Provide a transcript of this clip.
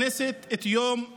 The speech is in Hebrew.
אנחנו מציינים בכנסת את יום הנגב,